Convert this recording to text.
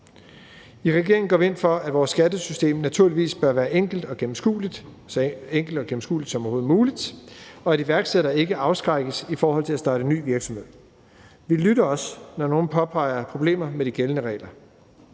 I regeringen går vi ind for, at vores skattesystem naturligvis bør være så enkelt og gennemskueligt som overhovedet muligt, og at iværksættere ikke afskrækkes i forhold til at starte ny virksomhed. Vi lytter også, når nogen påpeger problemer med de gældende regler.